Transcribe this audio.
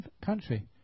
country